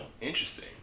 Interesting